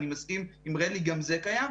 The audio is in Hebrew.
אני מסכים עם רלי, גם זה קיים.